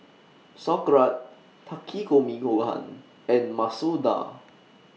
Sauerkraut Takikomi Gohan and Masoor Dal